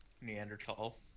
Neanderthal